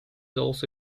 also